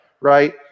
right